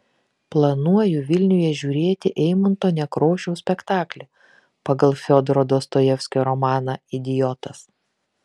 planuoju vilniuje žiūrėti eimunto nekrošiaus spektaklį pagal fiodoro dostojevskio romaną idiotas